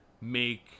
make